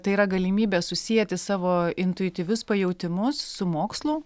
tai yra galimybė susieti savo intuityvius pajautimus su mokslu